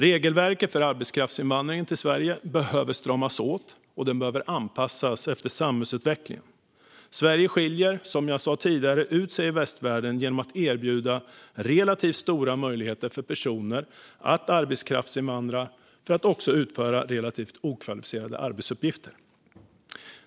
Regelverket för arbetskraftsinvandring till Sverige behöver stramas åt och anpassas efter samhällsutvecklingen. Som jag sa tidigare skiljer Sverige ut sig i västvärlden genom att erbjuda relativt stora möjligheter för personer att arbetskraftsinvandra också för att utföra relativt okvalificerade arbetsuppgifter.